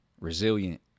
resilient